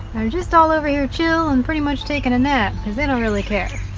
are just all over here chill and pretty much taking a nap cuz they don't really care.